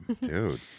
dude